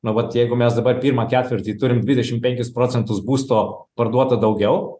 na vat jeigu mes dabar pirmą ketvirtį turim dvidešim penkis procentus būsto parduota daugiau